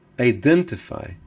identify